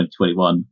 2021